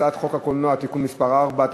חוק הקולנוע (תיקון מס' 4),